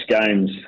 games